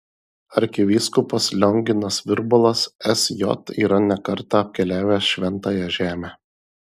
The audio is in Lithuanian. arkivyskupas lionginas virbalas sj yra ne kartą apkeliavęs šventąją žemę